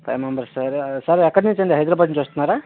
five members sir sir ఎక్కడ నుంచండి హైదరాబాద్ నుంచి వస్తున్నారా